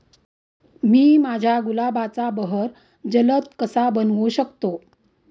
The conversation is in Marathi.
मी माझ्या गुलाबाचा बहर जलद कसा बनवू शकतो?